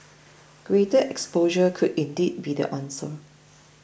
greater exposure could indeed be the answer